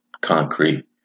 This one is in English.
concrete